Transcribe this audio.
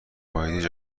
محیطی